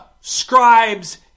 scribes